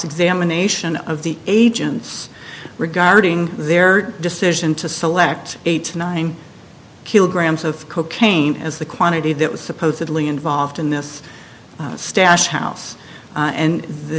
examination of the agents regarding their decision to select eight or nine kilograms of cocaine as the quantity that was supposedly involved in this stash house and the